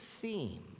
theme